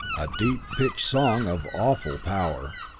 a deep pitched song of awful power.